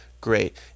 great